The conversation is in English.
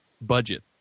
budget